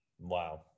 wow